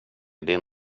din